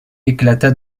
éclata